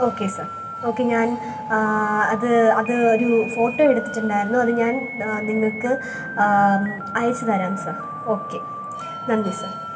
okay sir okay ഞാന് അത് അത് ഒരു ഫോട്ടോ എടുത്തിട്ടുണ്ടായിരുന്നു അത് ഞാന് നിങ്ങള്ക്ക് അയച്ചു തരാം സര് ഓക്കെ നന്ദി സര്